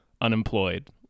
unemployed